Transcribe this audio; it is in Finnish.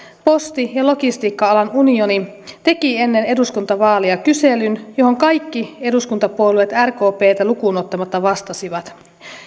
posti ja logistiikka alan unioni teki ennen eduskuntavaaleja kyselyn johon kaikki eduskuntapuolueet rkptä lukuun ottamatta vastasivat